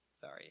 Sorry